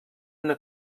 una